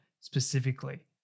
specifically